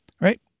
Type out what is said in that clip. right